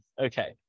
Okay